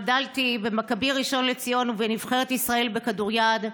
גדלתי במכבי ראשון לציון ובנבחרת ישראל בכדוריד,